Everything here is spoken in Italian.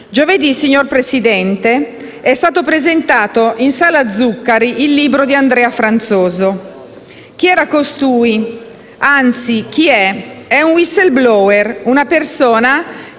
Giovedì, signor Presidente, è stato presentato in sala Zuccari il libro di Andrea Franzoso. Chi era costui? Anzi: chi è? È un *whistleblower*, una persona